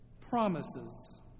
promises